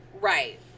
Right